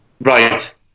Right